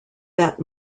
that